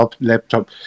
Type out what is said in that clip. laptop